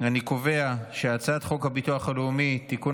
את הצעת חוק הביטוח הלאומי (תיקון,